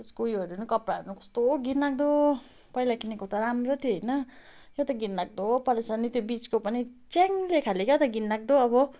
त्यसको उयोहरू कपडाहरू कस्तो घिनलाग्दो पहिला किनेको त राम्रो थियो होइन यो त घिनलाग्दो परेछ नि त्यो बिचको पनि च्याङेले खाले क्या त घिनलाग्दो अब